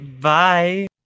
Bye